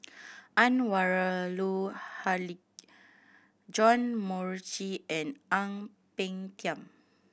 Haque John Morrice and Ang Peng Tiam